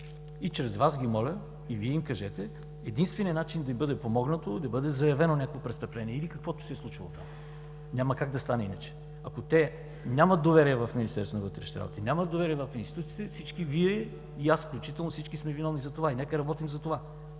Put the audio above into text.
Чрез Вас ги моля, и Вие им кажете, единственият начин да им бъде помогнато е да бъде заявено някакво престъпление или каквото се е случило. Няма как да стане иначе. Ако те нямат доверие в Министерството на вътрешните работи, нямат доверие в институциите, всички Вие, и аз включително, всички сме виновни за това и нека работим за това.